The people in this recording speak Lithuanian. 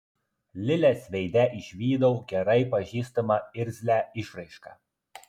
lilės veide išvydau gerai pažįstamą irzlią išraišką